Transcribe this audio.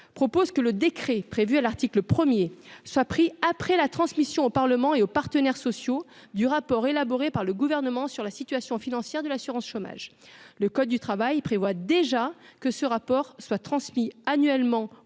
propose que le décret prévu à l'article 1er soit pris après la transmission au Parlement et aux partenaires sociaux du rapport élaboré par le gouvernement sur la situation financière de l'assurance-chômage, le code du travail prévoit déjà que ce rapport soit transmis annuellement